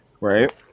Right